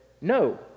no